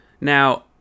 Now